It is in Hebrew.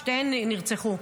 שתיהן נרצחו,